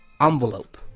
envelope